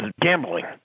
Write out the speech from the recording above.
gambling